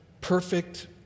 perfect